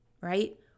right